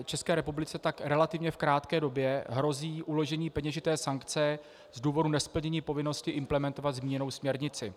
České republice tak relativně v krátké době hrozí uložení peněžité sankce z důvodu nesplnění povinnosti implementovat zmíněnou směrnici.